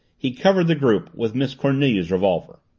he covered the group with miss cornelia's revolver.